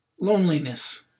Loneliness